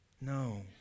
No